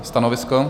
Stanovisko?